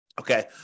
okay